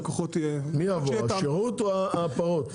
מי יעבור השירות או הפרות?